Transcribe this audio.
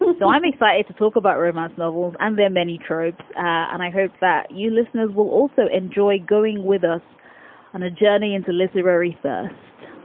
and so i'm excited to talk about romance novels. and there are many troops, and i hope that you listeners will also enjoy going with us on a journey into literary thirst.